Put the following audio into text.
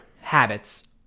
habits